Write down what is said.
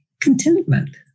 Contentment